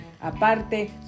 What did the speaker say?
Aparte